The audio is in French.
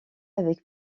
avec